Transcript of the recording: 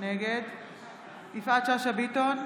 נגד יפעת שאשא ביטון,